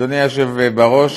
אדוני היושב בראש,